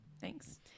thanks